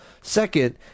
Second